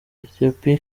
ethiopia